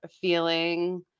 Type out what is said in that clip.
feeling